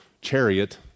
chariot